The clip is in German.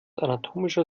anatomischer